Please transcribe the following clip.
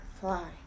fly